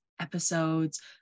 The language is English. episodes